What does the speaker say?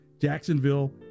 Jacksonville